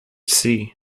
sea